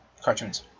Cartoons